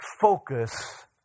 focus